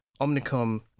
Omnicom